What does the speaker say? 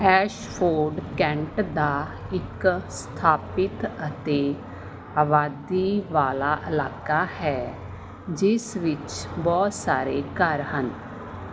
Ashford Kent ਦਾ ਇੱਕ ਸਥਾਪਿਤ ਅਤੇ ਆਬਾਦੀ ਵਾਲਾ ਇਲਾਕਾ ਹੈ ਜਿਸ ਵਿੱਚ ਬਹੁਤ ਸਾਰੇ ਘਰ ਹਨ